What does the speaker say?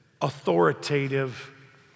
authoritative